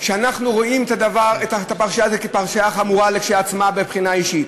שאנחנו רואים את הפרשייה הזאת כפרשייה חמורה כשלעצמה בבחינה אישית.